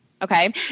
Okay